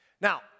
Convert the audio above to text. Now